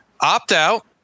Opt-out